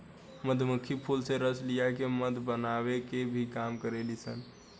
मधुमक्खी फूल से रस लिया के मध बनावे के भी काम करेली सन